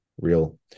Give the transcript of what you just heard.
real